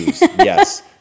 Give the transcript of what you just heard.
Yes